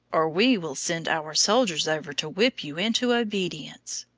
or we will send our soldiers over to whip you into obedience.